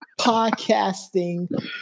podcasting